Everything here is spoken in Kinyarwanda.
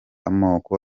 amoko